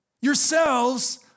yourselves